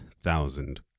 thousand